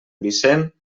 vicent